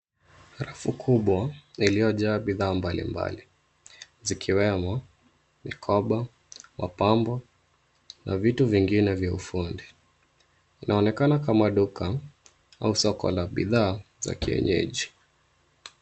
Rafu kubwa lililojaa bidhaa mbalimbali zikiwemo mikoba, mapambo na vitu vingine vya ufundi. Inaonekana kama duka au soko la bidhaa za kienyeji.